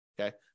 Okay